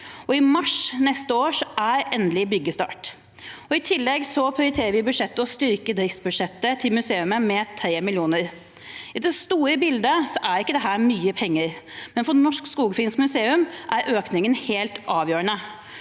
I mars neste år er det endelig byggestart. I tillegg prioriterer vi i budsjettet å styrke driftsbudsjettet til museet med 3 mill. kr. I det store bildet er ikke dette mye penger, men for Norsk Skogfinsk Museum er økningen helt avgjørende.